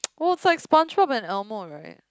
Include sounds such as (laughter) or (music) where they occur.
(noise) oh it's like Spongebob and Elmo